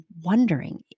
wondering